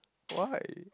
why